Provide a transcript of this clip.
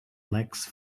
elects